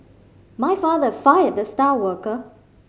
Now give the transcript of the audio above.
my father fired the star worker